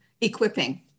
equipping